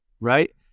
right